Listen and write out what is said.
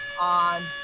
on